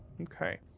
Okay